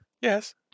Yes